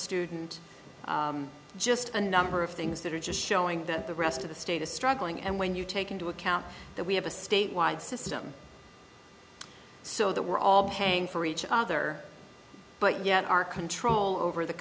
student just a number of things that are just showing that the rest of the state is struggling and when you take into account that we have a statewide system so that we're all paying for each other but yet our control over the